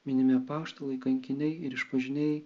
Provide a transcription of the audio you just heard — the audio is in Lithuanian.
minimi apaštalai kankiniai ir išpažinėjai